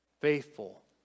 faithful